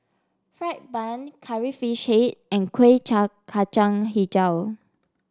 fried bun curry fish and Kueh Kacang hijau